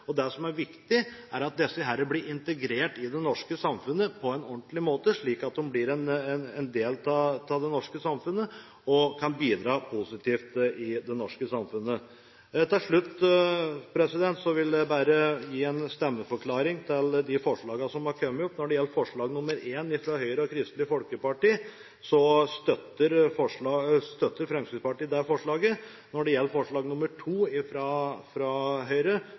Det som er viktig, er at disse blir integrert i det norske samfunnet på en ordentlig måte, slik at de blir en del av det norske samfunnet og kan bidra positivt i det norske samfunnet. Til slutt vil jeg bare gi en stemmeforklaring til de forslagene som har kommet opp. Når det gjelder forslag nr. 1 fra Høyre og Kristelig Folkeparti, støtter Fremskrittspartiet det forslaget. Når det gjelder forslag nr. 2 fra Høyre,